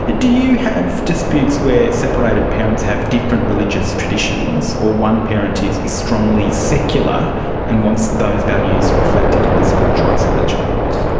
ah do you have disputes where separated parents have different religious traditions or one parent is strongly secular and wants those values reflected in the school choice of their child?